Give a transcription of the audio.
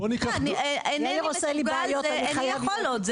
איני יכול עוד.